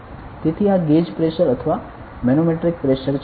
તેથી આ gauge pressure અથવા મેનોમેટ્રિક પ્રેશર છે